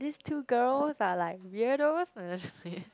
these two girls are like weirdos